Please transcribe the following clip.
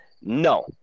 No